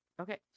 Okay